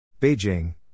Beijing